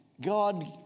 God